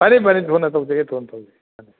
ꯐꯅꯤ ꯐꯅꯤ ꯊꯨꯅ ꯇꯧꯖꯒꯦ ꯊꯨꯅ ꯇꯧꯖꯒꯦ ꯐꯅꯤ